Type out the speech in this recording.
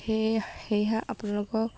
সেয়ে সেয়েহে আপোনালোকৰ